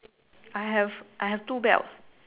I have I have two belts